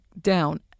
down